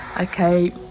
Okay